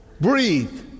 Breathe